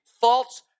false